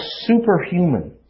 superhuman